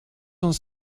uns